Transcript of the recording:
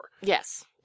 Yes